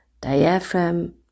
diaphragm